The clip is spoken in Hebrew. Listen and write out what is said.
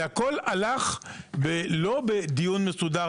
זה הכול הלך לא בדיון מסודר,